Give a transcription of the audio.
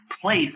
place